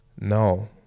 No